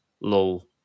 lull